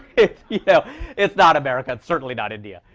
it's you know it's not america. it's certainly not india.